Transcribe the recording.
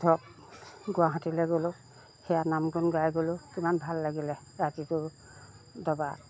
ধৰক গুৱাহাটীলৈ গ'লোঁ সেয়া নাম গুণ গাই গ'লোঁ কিমান ভাল লাগিলে ৰাতিটোৰ দবা